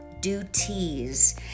duties